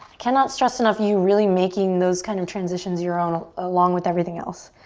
cannot stress enough, you really making those kind of transitions your own along with everything else.